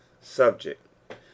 SUBJECT